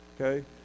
okay